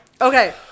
Okay